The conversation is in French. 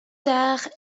tard